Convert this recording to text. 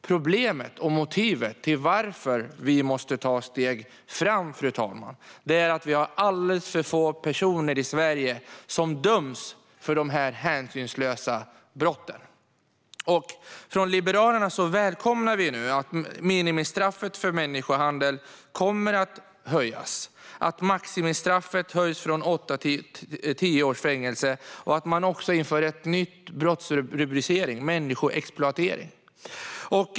Problemet och motivet till varför vi måste ta steg framåt är att vi har alldeles för få personer i Sverige som döms för dessa hänsynslösa brott. Liberalerna välkomnar att minimistraffet kommer att höjas, att maximistraffet höjs från åtta till tio års fängelse och att det också införs en brottsrubricering: människoexploatering.